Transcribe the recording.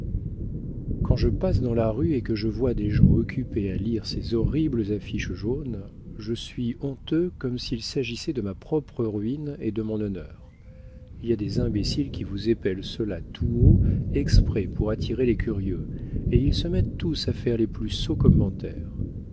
quand je passe dans la rue et que je vois des gens occupés à lire ces horribles affiches jaunes je suis honteux comme s'il s'agissait de ma propre ruine et de mon honneur il y a des imbéciles qui vous épellent cela tout haut exprès pour attirer les curieux et ils se mettent tous à faire les plus sots commentaires